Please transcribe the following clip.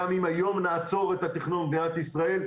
גם אם היום נעצור את התכנון במדינת ישראל,